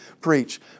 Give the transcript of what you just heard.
preach